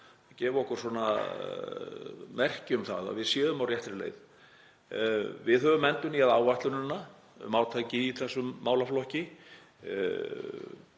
gefa okkur merki um að við séum á réttri leið. Við höfum endurnýjað áætlunina um átak í þessum málaflokki.